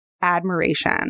admiration